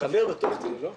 חבר בטוח תהיה, לא?